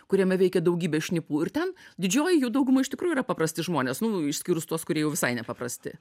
kuriame veikia daugybė šnipų ir ten didžioji jų dauguma iš tikrųjų yra paprasti žmonės nu išskyrus tuos kurie jau visai nepaprasti